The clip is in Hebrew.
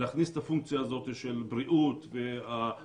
להכניס את הפונקציה הזאת של בריאות ומודעות